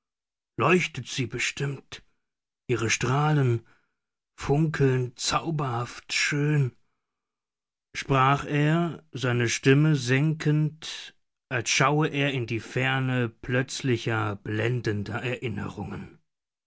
leuchtet sie bestimmt ihre strahlen funkeln zauberhaft schön und glitzern in den schneemassen sprach er seine stimme senkend als schaue er in die ferne plötzlicher blendender erinnerungen